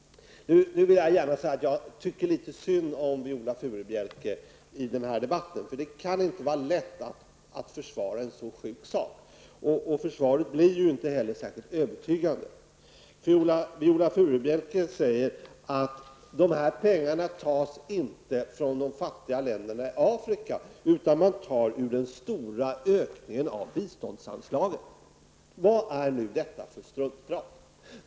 Nu vill jag gärna säga att jag tycker litet synd om Viola Furubjelke i den här debatten, för det kan inte vara lätt att försvara en så sjuk sak. Försvaret blir ju inte heller särskilt övertygande. Viola Furubjelke säger att de här pengarna inte tas från de fattiga länderna i Afrika, utan de tas ur den stora ökningen av biståndsanslaget. Vad är nu detta för struntprat?